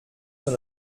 sur